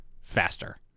faster